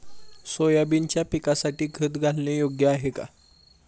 सोयाबीनच्या पिकासाठी खत घालणे योग्य आहे का?